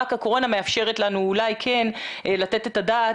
רק הקורונה מאפשרת לנו אולי כן לתת את הדעת